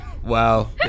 Wow